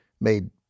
made